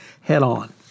head-on